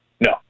No